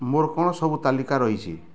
ମୋର କ'ଣ ସବୁ ତାଲିକା ରହିଛି